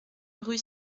rue